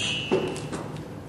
כולנו שמענו,